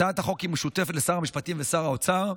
הצעת החוק משותפת לשר המשפטים ולשר האוצר.